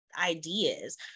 ideas